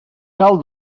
cal